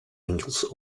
winkels